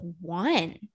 one